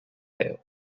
déu